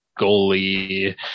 goalie